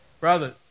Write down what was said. Brothers